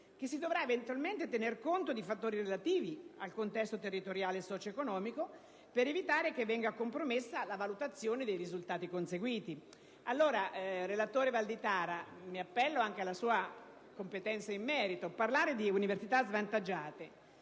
che si dovrà eventualmente tener conto di fattori relativi al contesto territoriale e socio-economico per evitare che venga compromessa la valutazione dei risultati conseguiti. Relatore Valditara, mi appello anche alla sua competenza in merito. Parlare di università svantaggiate